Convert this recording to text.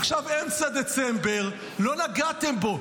עכשיו אמצע דצמבר, לא נגעתם בו.